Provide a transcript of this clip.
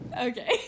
Okay